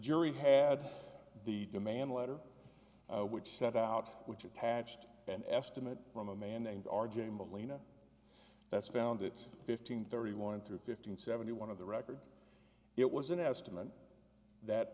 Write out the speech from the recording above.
jury had the demand letter which set out which attached an estimate from a man named r j molina that's found it fifteen thirty one through fifteen seventy one of the record it was an estimate that